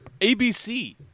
ABC